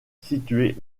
situé